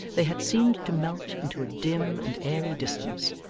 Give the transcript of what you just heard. they had seemed to melt into a dim and airy distance,